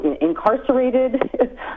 incarcerated